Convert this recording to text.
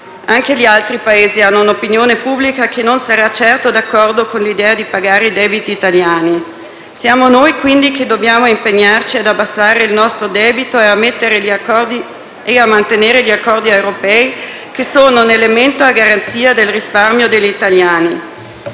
Anche gli altri Paesi hanno un'opinione pubblica che non sarà certo d'accordo con l'idea di pagare i debiti italiani. Siamo noi, quindi, che dobbiamo impegnarci ad abbassare il nostro debito e a mantenere gli accordi europei, che sono un elemento garanzia del risparmio degli italiani.